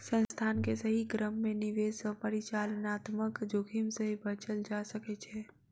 संस्थान के सही क्रम में निवेश सॅ परिचालनात्मक जोखिम से बचल जा सकै छै